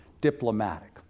diplomatic